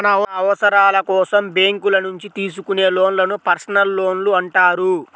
మన అవసరాల కోసం బ్యేంకుల నుంచి తీసుకునే లోన్లను పర్సనల్ లోన్లు అంటారు